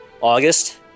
August